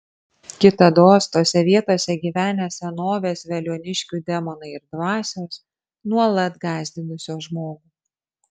kitados tose vietose gyvenę senovės veliuoniškių demonai ir dvasios nuolat gąsdinusios žmogų